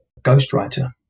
ghostwriter